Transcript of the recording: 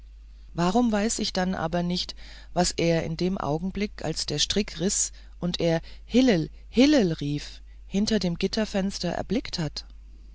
warum weiß ich denn aber nicht was er in dem augenblick als der strick riß und er hillel hillel rief hinter dem gitterfenster erblickt hat